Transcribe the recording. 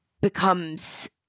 becomes